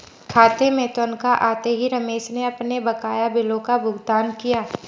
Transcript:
खाते में तनख्वाह आते ही रमेश ने अपने बकाया बिलों का भुगतान किया